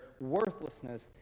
worthlessness